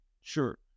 sure